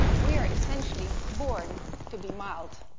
we are essentially born to be mild.